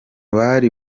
bari